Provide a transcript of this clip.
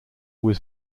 was